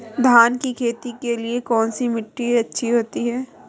धान की खेती के लिए कौनसी मिट्टी अच्छी होती है?